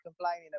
complaining